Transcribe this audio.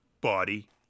body